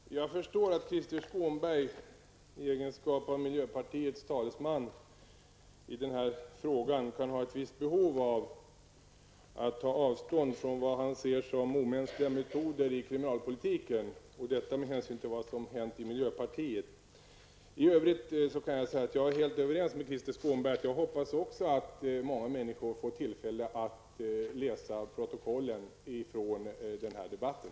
Herr talman! Jag förstår att Krister Skånberg i egenskap av miljöpartiets talesman i den här frågan kan ha ett visst behov av att ta avstånd från vad han ser som omänskliga metoder i kriminalpolitiken, med hänsyn till vad vissa företrädare för miljöpartiet har föreslagit på det här området. I övrigt kan jag säga att jag är helt överens med Krister Skånberg i det avseendet att jag också hoppas att många människor får tillfälle att läsa protokollet från den här debatten.